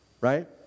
right